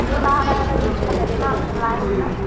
जो ना रहा करिए बोला करिए ना हम सब लाएँगे ना